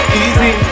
easy